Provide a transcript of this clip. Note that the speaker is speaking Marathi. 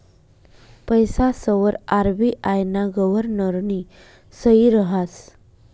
पैसासवर आर.बी.आय ना गव्हर्नरनी सही रहास